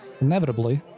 inevitably